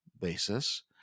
basis